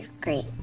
great